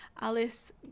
alice